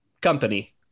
company